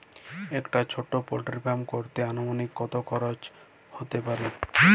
একটা ছোটো poultry farm করতে আনুমানিক কত খরচ কত হতে পারে?